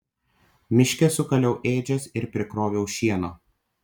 miške sukaliau ėdžias ir prikroviau šieno